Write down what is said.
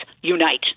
unite